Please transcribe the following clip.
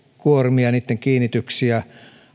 kuormia niitten kiinnityksiä